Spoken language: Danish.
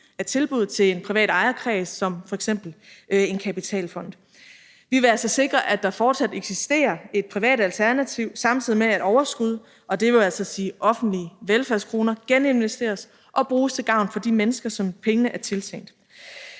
af tilbuddet til en privat ejerkreds som f.eks. en kapitalfond. Vi vil altså sikre, at der fortsat eksisterer et privat alternativ, samtidig med at overskud – og det vil altså sige offentlige velfærdskroner – geninvesteres og bruges til gavn for de mennesker, som pengene er tiltænkt.